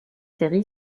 série